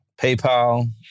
PayPal